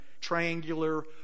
triangular